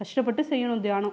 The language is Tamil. கஷ்டப்பட்டு செய்ணும் தியானம்